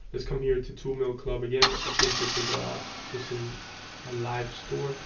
let's come here to to milk club again i think this is a this is a live store.